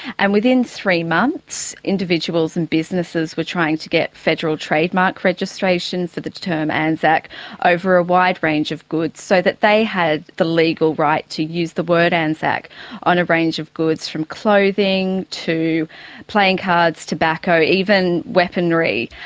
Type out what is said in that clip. and within three months individuals and businesses were trying to get federal trademark registration for the term anzac over a wide range of goods, so that they had the legal right to use the word anzac on a range of goods, from clothing to playing cards, tobacco, even weaponry.